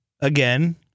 again